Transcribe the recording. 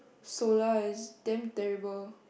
solar is damn terrible